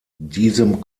diesem